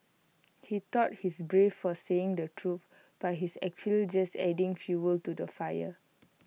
he thought he's brave for saying the truth but he's actually just adding fuel to the fire